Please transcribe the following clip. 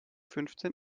fünfzehn